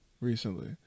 recently